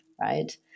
right